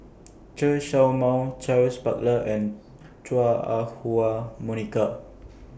Chen Show Mao Charles Paglar and Chua Ah Huwa Monica